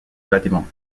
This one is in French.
bâtiment